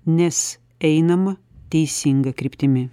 nes einama teisinga kryptimi